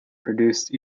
produced